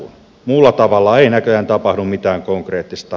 muulla tavalla ei näköjään tapahdu mitään konkreettista